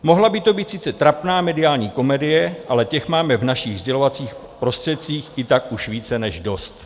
Mohla by to být sice trapná mediální komedie, ale těch máme v našich sdělovacích prostředcích i tak už více než dost.